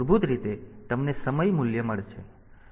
તેથી મૂળભૂત રીતે તમને સમય મૂલ્ય મળે છે